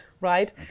right